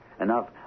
enough